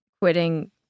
quitting